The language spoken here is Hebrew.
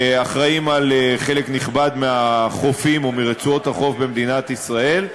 שאחראים לחלק נכבד מהחופים או מרצועות החוף במדינת ישראל,